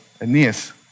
Aeneas